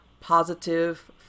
positive